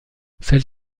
celle